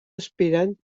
aspirant